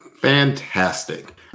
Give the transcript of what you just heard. Fantastic